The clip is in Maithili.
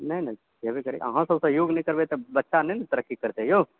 नहि नहि छेबे करै अहाँसब सहयोग नहि करबै तऽ बच्चा नहि ने तरक्की करते यौ